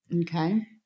Okay